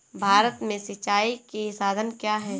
भारत में सिंचाई के साधन क्या है?